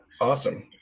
awesome